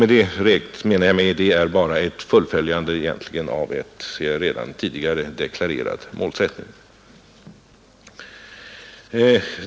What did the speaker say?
Det innebär endast ett fullföljande av en redan tidigare deklarerad målsättning.